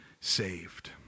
saved